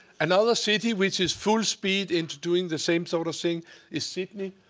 another city which is full speed into doing the same sort of thing is sydney.